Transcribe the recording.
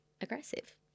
aggressive